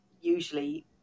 usually